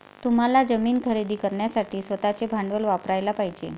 तुम्हाला जमीन खरेदी करण्यासाठी स्वतःचे भांडवल वापरयाला पाहिजे